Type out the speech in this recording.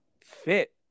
fit